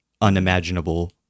unimaginable